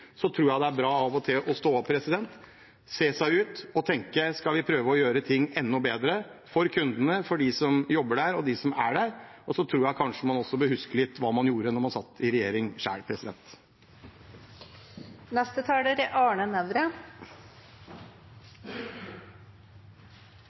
tror jeg det er bra av og til å stå opp, se seg rundt og tenke: Skal vi prøve å gjøre ting enda bedre for kundene, for dem som jobber der, for dem som er der? Jeg tror også man kanskje bør huske hva man gjorde da man satt i regjering